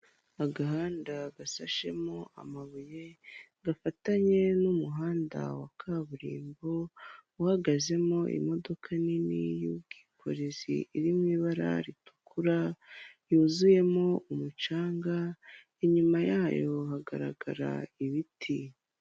Agahanda gasashemo amabuye, gafatanye n'umuhanda wa kaburimbo uhagazemo imodoka nini y'ubwikorezi iri mu ibara ritukura, yuzuyemo umucanga inyuma yayo hagaragara ibiti.